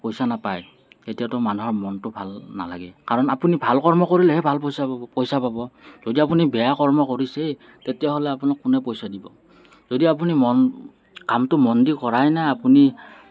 পইচা নাপায় তেতিয়াতো মানুহৰ মনটো ভাল নালাগে কাৰণ আপুনি ভাল কৰ্ম কৰিলেহে ভাল পইচা পাব পইচা পাব যদি আপুনি বেয়া কৰ্ম কৰিছে তেতিয়াহ'লে আপোনাক কোনে পইচা দিব যদি আপুনি মন কামটো মন দি কৰাই নাই আপুনি